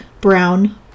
brown